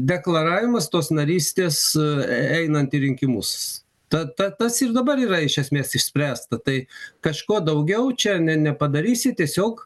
deklaravimas tos narystės e einant į rinkimus ta ta tas ir dabar yra iš esmės išspręsta tai kažko daugiau čia ne nepadarysi tiesiog